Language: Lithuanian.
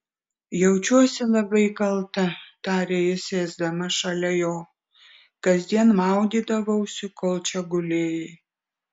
jaučiuosi labai kalta tarė ji sėsdama šalia jo kasdien maudydavausi kol čia gulėjai